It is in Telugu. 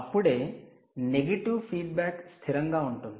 అప్పుడే నెగటివ్ ఫీడ్బ్యాక్ స్థిరంగా ఉంటుంది